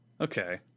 Okay